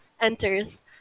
enters